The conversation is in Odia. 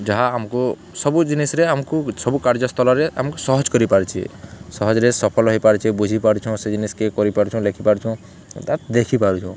ଯାହା ଆମ୍କୁ ସବୁ ଜିନିଷ୍ରେ ଆମ୍କୁ ସବୁ କାର୍ଯ୍ୟ ସ୍ଥଳରେ ଆମ୍କୁ ସହଜ୍ କରିପାରୁଛେ ସହଜ୍ରେ ସଫଲ୍ ହେଇପାରୁଛେ ବୁଝିପାରୁଛୁଁ ସେ ଜିନିଷ୍କେ କରିପାରୁଛୁଁ ଲେଖିପାରୁଛୁଁ ତା'କେ ଦେଖିପାରୁଛୁଁ